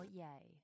yay